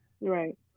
Right